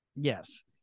Yes